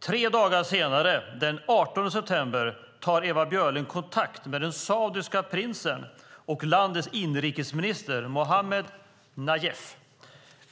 Tre dagar senare, den 18 september, tar Ewa Björling kontakt med den saudiska prinsen och landets inrikesminister Mohammed Nayef.